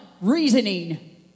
Reasoning